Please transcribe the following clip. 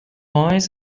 eyes